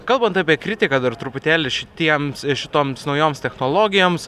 kalbant apie kritiką dar truputėlį šitiems šitoms naujoms technologijoms